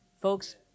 Folks